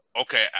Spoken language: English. Okay